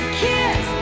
kiss